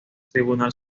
tribunal